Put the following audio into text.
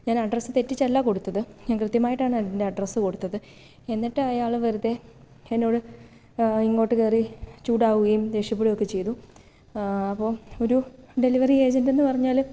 ഞാനഡ്രസ്സ് തെറ്റിച്ചല്ല കൊടുത്തത് ഞാൻ കൃത്യമായിട്ടാണ് എൻ്റെ അഡ്രസ്സ് കൊടുത്തത് എന്നിട്ടയാൾ വെറുതെ എന്നോട് ഇങ്ങോട്ടു കയറി ചൂടാകുകയും ദേഷ്യപ്പെടുകയുമൊക്കെ ചെയ്തു അപ്പോൾ ഒരു ഡെലിവറി ഏജൻ്റെന്നു പറഞ്ഞാൽ